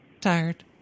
Tired